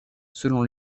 selon